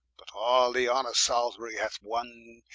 but all the honor salisbury hath wonne,